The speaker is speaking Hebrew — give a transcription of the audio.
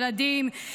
ילדים,